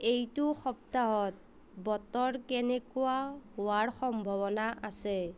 এইটো সপ্তাহত বতৰ কেনেকুৱা হোৱাৰ সম্ভাৱনা আছে